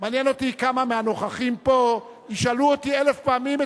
מעניין אותי כמה מהנוכחים פה ישאלו אותי אלף פעמים את